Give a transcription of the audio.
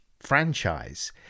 franchise